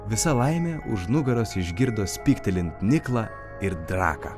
visa laimė už nugaros išgirdo spygtelint niklą ir draką